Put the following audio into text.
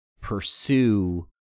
pursue